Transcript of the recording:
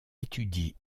étudie